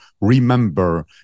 remember